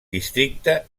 districte